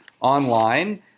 online